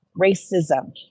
racism